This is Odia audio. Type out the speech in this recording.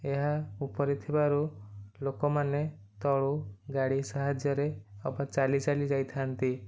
ଏହା ଉପରେ ଥିବାରୁ ଲୋକମାନେ ତଳୁ ଗାଡ଼ି ସାହାଯ୍ୟରେ ଅବା ଚାଲି ଚାଲି ଯାଇଥାନ୍ତି